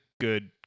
good